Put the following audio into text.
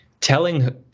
telling